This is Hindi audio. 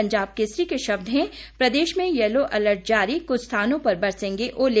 पंजाब केसरी के शब्द हैं प्रदेश में यैलो अलर्ट जारी कुछ स्थानों पर बरसेंगे ओले